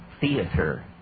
theater